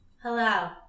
Hello